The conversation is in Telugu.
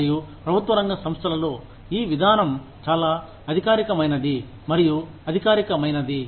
మరియు ప్రభుత్వ రంగ సంస్థలలో ఈ విధానం చాలా అధికారిక మైనది మరియు అధికారిక మైనది